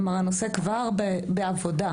כלומר הנושא כבר בעבודה.